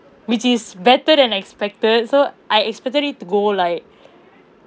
which is better than expected so I expected it to go like